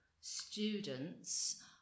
students